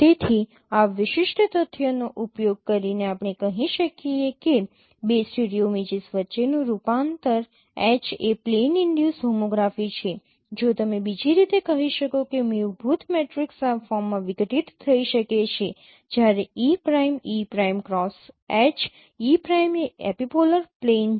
તેથી આ વિશિષ્ટ તથ્યનો ઉપયોગ કરીને આપણે કહી શકીએ કે બે સ્ટીરિયો ઇમેજીસ વચ્ચેનું રૂપાંતર H એ પ્લેન ઈનડ્યુસ હોમોગ્રાફી છે જો તમે બીજી રીતે કહી શકો કે મૂળભૂત મેટ્રિક્સ આ ફોર્મમાં વિઘટિત થઈ શકે છે જ્યારે e prime e prime cross H e prime એ એપિપોલર પ્લેન છે